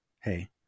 Hey